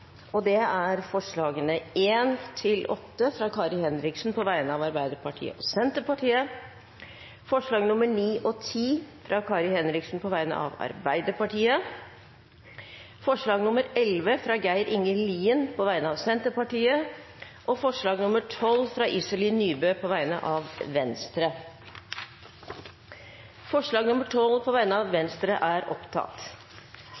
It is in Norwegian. forslag. Det er forslagene nr. 1–8, fra Kari Henriksen på vegne av Arbeiderpartiet og Senterpartiet forslagene nr. 9 og 10, fra Kari Henriksen på vegne av Arbeiderpartiet forslag nr. 11, fra Geir Inge Lien på vegne av Senterpartiet forslag nr. 12, fra Iselin Nybø på vegne av Venstre Det voteres over forslag nr. 12, fra Venstre.